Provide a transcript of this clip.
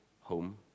home